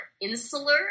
insular